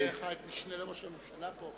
יש לך המשנה לראש הממשלה פה,